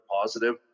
positive